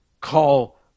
call